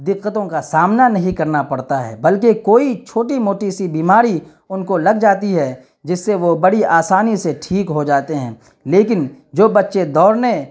دقتوں کا سامنا نہیں کرنا پڑتا ہے بلکہ کوئی چھوٹی موٹی سی بیماری ان کو لگ جاتی ہے جس سے وہ بڑی آسانی سے ٹھیک ہو جاتے ہیں لیکن جو بچے دوڑنے